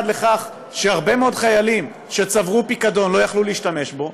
לכך שהרבה מאוד חיילים שצברו פיקדון לא יכלו להשתמש בו,